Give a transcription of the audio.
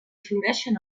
floreixen